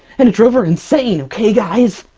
and it drove her insane! okay guys?